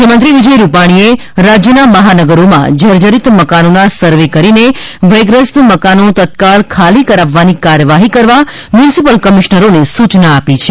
મુખ્યમંત્રી વિજય રૂપાણીએ રાજ્યના મહાનગરોમાં જજરિત મકાનોના સર્વે કરીને ભયગ્રસ્ત મકાનો તત્કાલ ખાલી કરાવવાની કાર્યવાહી કરવા મ્યુનિસિપલ કમિશનરોને સૂચના આપી છે